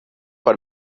per